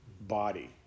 body